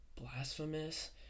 blasphemous